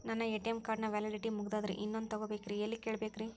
ನನ್ನ ATM card ನ validity ಮುಗದದ್ರಿ ಇನ್ನೊಂದು ತೊಗೊಬೇಕ್ರಿ ಎಲ್ಲಿ ಕೇಳಬೇಕ್ರಿ?